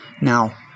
now